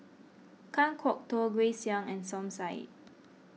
Kan Kwok Toh Grace Young and Som Said